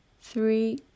three